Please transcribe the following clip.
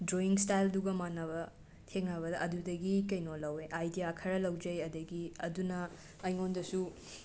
drawing ꯁ꯭ꯇꯥꯏꯜꯗꯨꯒ ꯃꯥꯟꯅꯕ ꯊꯦꯡꯅꯕꯗ ꯑꯗꯨꯗꯒꯤ ꯀꯩꯅꯣ ꯂꯧꯋꯦ ꯑꯥꯏꯗꯤꯌꯥ ꯈꯔ ꯂꯧꯖꯩ ꯑꯗꯒꯤ ꯑꯗꯨꯅ ꯑꯩꯉꯣꯟꯗꯁꯨ